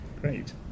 Great